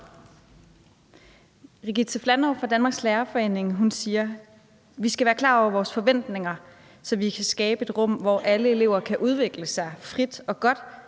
Regitze Flannov fra Danmarks Lærerforening siger: Vi skal være klar over vores forventninger, så vi kan skabe et rum, hvor alle elever kan udviklet sig frit og godt;